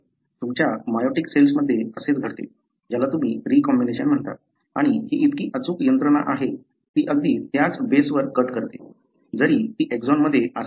तुमच्या मियोटिक सेल्समध्ये असेच घडते ज्याला तुम्ही रीकॉम्बिनेशन म्हणता आणि ही इतकी अचूक यंत्रणा आहे ती अगदी त्याच बेसवर कट करते जरी ती एक्सॉनमध्ये असली तरीही